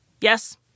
Yes